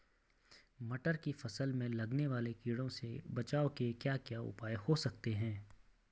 मटर की फसल में लगने वाले कीड़ों से बचाव के क्या क्या उपाय हो सकते हैं?